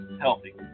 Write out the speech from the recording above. healthy